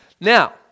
Now